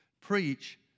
preach